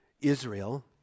Israel